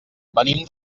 venim